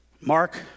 mark